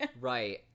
right